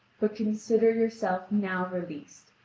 but consider yourself now released,